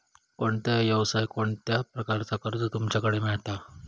कोणत्या यवसाय कोणत्या प्रकारचा कर्ज तुमच्याकडे मेलता?